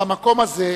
במקום הזה,